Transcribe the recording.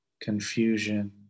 confusion